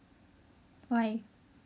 why